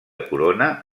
corona